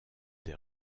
des